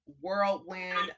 whirlwind